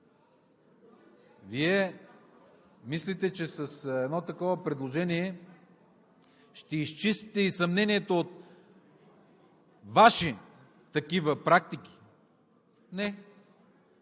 Вие мислите, че с едно такова предложение ще изчистите и съмнението от Ваши такива практики? Не.